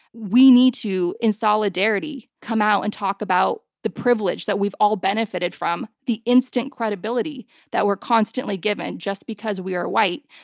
we need to, in solidarity, come out and talk about the privilege that we've all benefited from, the instant credibility that we're constantly given just because we are white,